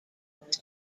was